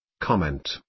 Comment